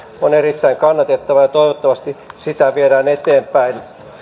on erittäin kannatettava ja toivottavasti sitä viedään eteenpäin